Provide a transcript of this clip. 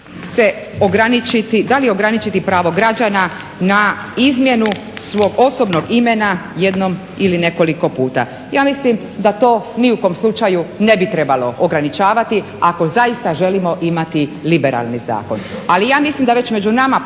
da li ograničiti pravo građana na izmjenu svog osobnog imena jednom ili nekoliko puta. Ja mislim da to ni u kom slučaju ne bi trebalo ograničavati ako zaista želimo imati liberalni zakon. Ali ja mislim da već među nama